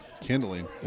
Kindling